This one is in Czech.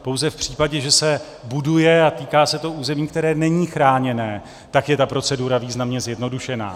Pouze v případě, že se buduje, a týká se to území, které není chráněné, tak je ta procedura významně zjednodušená.